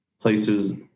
places